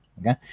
Okay